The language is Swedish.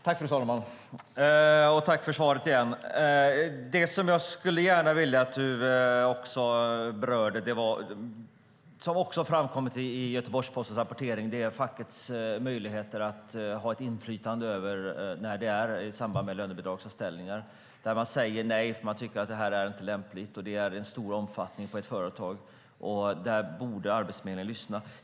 Fru talman! Tack för svaret igen! Det som jag gärna skulle vilja att statsrådet också berörde, som även har framkommit i Göteborgs-Postens rapportering, är fackets möjligheter att ha ett inflytande i samband med lönebidragsanställningar. Där man säger nej för att man tycker att det här inte är rimligt och det sker i stor omfattning på ett företag borde Arbetsförmedlingen lyssna.